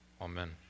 Amen